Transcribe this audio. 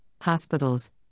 hospitals